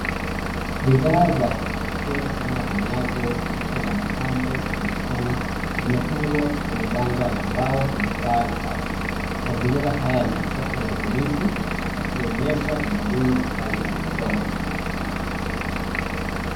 Bidhaa za kipekee kama vinyago, vito, na mapambo ya mikono zimepangwa kwenye banda la mbao lenye paa la bati .Mazingira haya ni ya soko la ubunifu yakionyesha tamaduni na kazi za mikono.